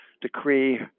decree